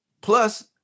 Plus